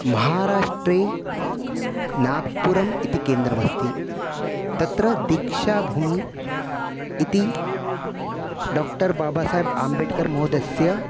महाराष्ट्रे नागपुरम् इति केन्द्रमस्ति तत्र दीक्षाभूमिः इति डाक्टर् बाबासाब्आम्बेड्कर् महोदयस्य